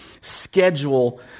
schedule